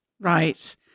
Right